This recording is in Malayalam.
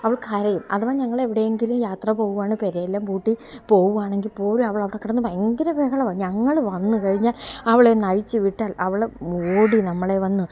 അവൾ കരയും അഥവാ ഞങ്ങള് എവിടെയെങ്കിലും യാത്ര പോകുവാണ് പെരയെല്ലാം പൂട്ടി പോകുവാണെങ്കില്പോലും അവള് അവിടെ കിടന്ന് ഭയങ്കര ബഹളമാണ് ഞങ്ങള് വന്നുകഴിഞ്ഞാല് അവളെ ഒന്ന് അഴിച്ചുവിട്ടാൽ അവള് ഓടി നമ്മളെ വന്ന്